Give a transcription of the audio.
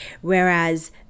whereas